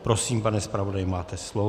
Prosím, pane zpravodaji, máte slovo.